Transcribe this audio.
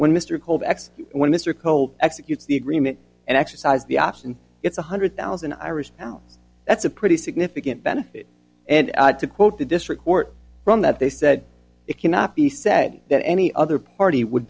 when mr cole executes the agreement and exercise the option it's one hundred thousand irish pounds that's a pretty significant benefit and to quote the district court from that they said it cannot be said that any other party would